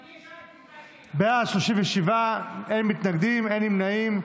בעד, 37, אין מתנגדים, אין נמנעים.